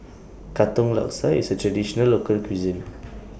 Katong Laksa IS A Traditional Local Cuisine